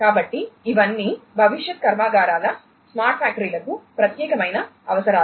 కాబట్టి ఇవన్నీ భవిష్యత్ కర్మాగారాల స్మార్ట్ ఫ్యాక్టరీలకు ప్రత్యేకమైన అవసరాలు